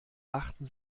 achten